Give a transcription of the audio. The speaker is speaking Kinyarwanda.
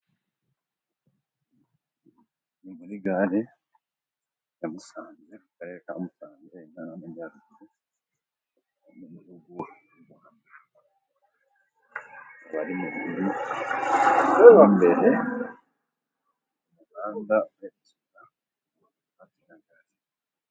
Ni muri gare ya Musanze mu karere ka Musanze intara y'Amajyarugru hari abantu mu muhanda hafi yagare